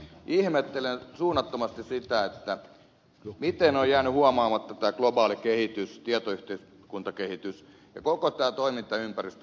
ihmettelen suunnattomasti sitä miten on jäänyt huomaamatta tämä globaali kehitys tietoyhteiskuntakehitys ja koko tämä toimintaympäristö missä yliopistot nyt toimivat